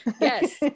Yes